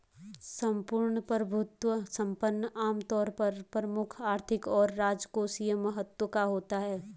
सम्पूर्ण प्रभुत्व संपन्न आमतौर पर प्रमुख आर्थिक और राजकोषीय महत्व का होता है